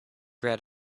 red